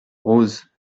rose